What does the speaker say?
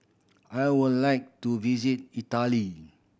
I would like to visit Italy